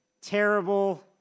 terrible